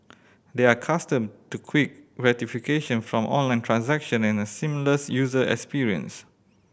they are accustomed to quick gratification from online transaction and a seamless user experience